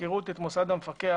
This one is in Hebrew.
מהיכרות את מוסד המפקח